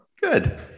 Good